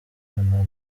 kananura